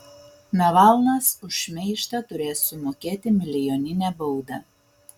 navalnas už šmeižtą turės sumokėti milijoninę baudą